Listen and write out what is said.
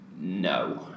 No